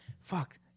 fuck